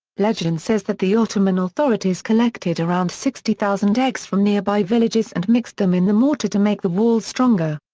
legend says that the ottoman authorities collected around sixty thousand eggs from nearby villages and mixed them in the mortar to make the walls stronger.